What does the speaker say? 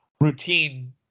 routine